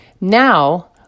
Now